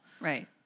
Right